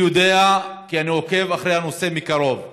אני יודע, כי אני עוקב אחרי הנושא מקרוב,